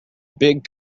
big